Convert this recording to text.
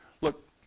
Look